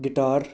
guitar